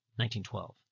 1912